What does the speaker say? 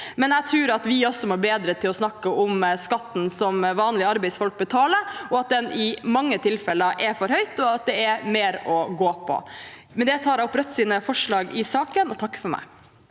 men jeg tror at vi også må bli bedre til å snakke om skatten som vanlige arbeidsfolk betaler, at den i mange tilfeller er for høy, og at det er mer å gå på. Med det tar jeg opp forslagene nr. 3–7 i saken og takker for meg.